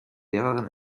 lehrerin